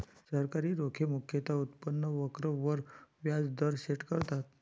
सरकारी रोखे मुख्यतः उत्पन्न वक्र वर व्याज दर सेट करतात